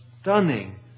stunning